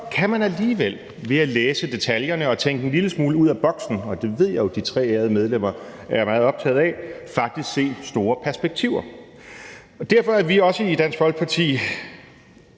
kan man alligevel ved at læse detaljerne og tænke en lille smule ud af boksen – og det ved jeg jo at de tre ærede medlemmer er meget optaget af – faktisk se store perspektiver. Derfor er vi i Dansk Folkeparti